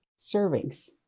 servings